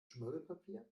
schmirgelpapier